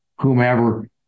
whomever